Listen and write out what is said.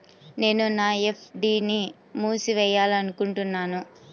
నేను నా ఎఫ్.డీ ని మూసివేయాలనుకుంటున్నాను